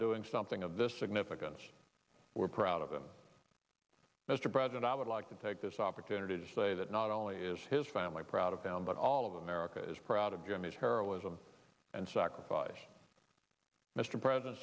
doing something of this significance we're proud of him mr president i would like to take this opportunity to say that not only is his family proud of them but all of america is proud of him his heroism and sacrifice mr president